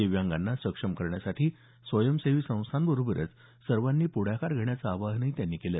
दिव्यांगाना सक्षम करण्यासाठी स्वंयसेवी संस्थांबरोबरच सर्वांनी प्रढाकार घेण्याचं आवाहनही त्यांनी यावेळी केलं